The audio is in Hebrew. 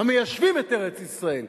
המיישבים את ארץ-ישראל,